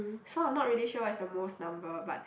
so I'm not really sure what is the most number but